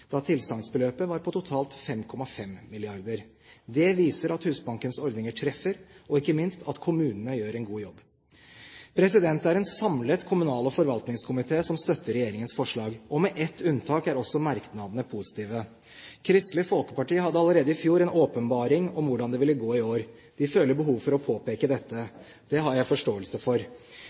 da tilsagnsbeløpet var på totalt 5,5 mrd. kr. Det viser at Husbankens ordninger treffer, og ikke minst at kommunene gjør en god jobb. Det er en samlet kommunal- og forvaltningskomité som støtter regjeringens forslag. Med ett unntak er også merknadene positive. Kristelig Folkeparti hadde allerede i fjor en åpenbaring om hvordan det ville gå i år. De føler behov for å påpeke dette. Det har jeg forståelse for.